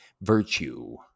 virtue